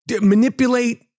Manipulate